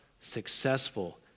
successful